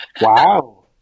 Wow